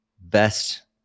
best